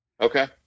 Okay